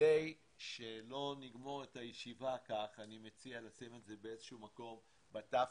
כדי שלא נגמור את הישיבה כך אני מציע לשים את זה באיזה שהוא מקום בת"ת,